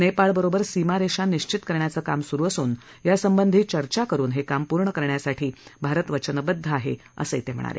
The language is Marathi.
नेपाळबरोबर सीमारेषा निश्चित करण्याचं काम स्रु असून या संबंधी चर्चा करुन हे काम पूर्ण करण्यासाठी भारत वचनबद्ध आहे असंही ते म्हणाले